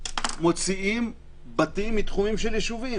מוציאים בתים מתחומים של ישובים.